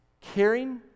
caring